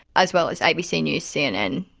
as well as abc news, cnn.